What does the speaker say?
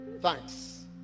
thanks